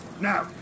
Now